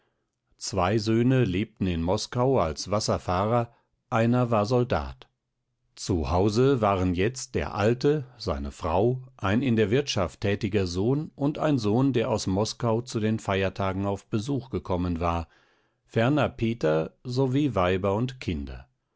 zwei söhne lebten in moskau als wasserfahrer einer war soldat zu hause waren jetzt der alte seine frau ein in der wirtschaft tätiger sohn und ein sohn der aus moskau zu den feiertagen auf besuch gekommen war ferner peter sowie weiber und kinder